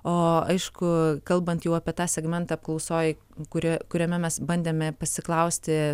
o aišku kalbant jau apie tą segmentą apklausoj kurią kuriame mes bandėme pasiklausti